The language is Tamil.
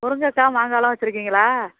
முருங்கைக்கா மாங்காய்லாம் வச்சுருக்கீங்களா